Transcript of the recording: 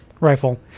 rifle